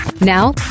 Now